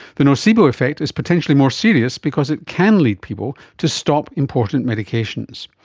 the nocebo reflect is potentially more serious because it can lead people to stop important medications.